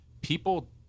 people